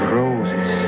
roses